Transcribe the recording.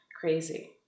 crazy